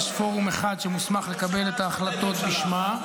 יש פורום אחד שמוסמך לקבל את ההחלטות בשמה,